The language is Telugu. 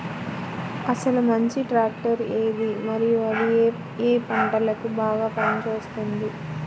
అసలు మంచి ట్రాక్టర్ ఏది మరియు అది ఏ ఏ పంటలకు బాగా పని చేస్తుంది?